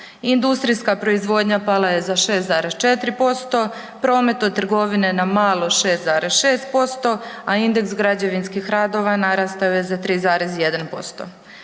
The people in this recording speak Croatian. Industrijska proizvodnja pala je za 6,4%, promet od trgovine na malo 6,6%, a indeks građevinskih radova narastao je za 3,1%.